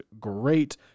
great